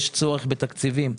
יש צורך בתקציבים.